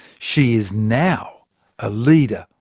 she is now a leader,